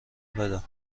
بدار